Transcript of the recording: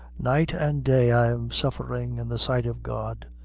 night and day i'm sufferin' in the sight of god,